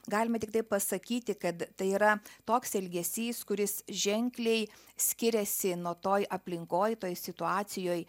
galime tiktai pasakyti kad tai yra toks elgesys kuris ženkliai skiriasi nuo toj aplinkoj toj situacijoj